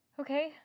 Okay